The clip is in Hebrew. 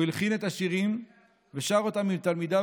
הוא הלחין את השירים ושר אותם עם תלמידיו